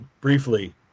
briefly